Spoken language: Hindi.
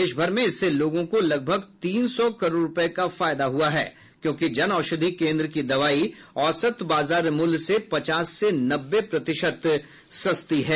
देशभर में इससे लोगों को लगभग तीन सौ करोड़ रूपये का फायदा हुआ है क्योंकि जनऔषधि केंद्र की दवाई औसत बाजार मूल्य से पाचस से नब्बे प्रतिशत सस्ती हैं